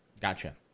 Gotcha